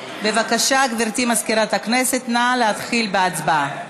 בבקשה, גברתי מזכירת הכנסת, נא להתחיל בהצבעה.